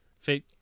feet